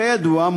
כידוע,